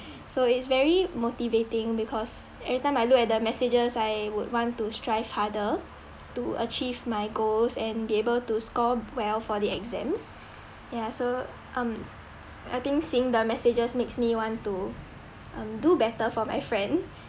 so its very motivating because every time I look at the messages I would want to strive harder to achieve my goals and be able to score well for the exams ya so um I think seeing the messages makes me want to um do better for my friend